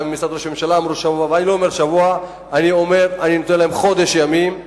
אני נותן להם חודש ימים,